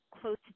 close